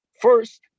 first